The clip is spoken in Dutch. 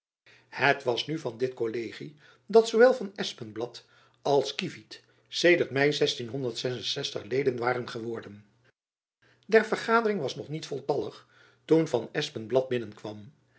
het was nu van dit kollegie dat zoowel van espenblad als kievit sedert my e waren geworden der vergadering was nog niet voltallig toen van espenblad binnenkwam